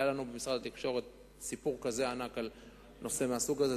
היה לנו במשרד התקשורת סיפור כזה ענק על נושא מהסוג הזה,